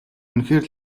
үнэхээр